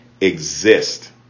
exist